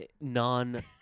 non